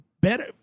Better